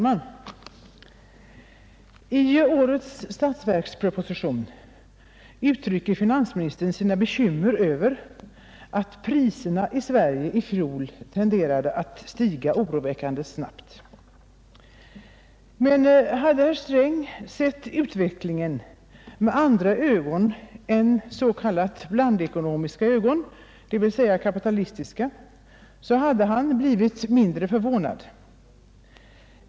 Fru talman! I årets statsverksproposition uttrycker finansministern sina bekymmer över att priserna i Sverige i fjol tenderade att stiga oroväckande snabbt. Men hade herr Sträng sett utvecklingen med andra ögon än s.k. blandekonomiska ögon, dvs. kapitalistiska, hade han blivit mindre förvånad.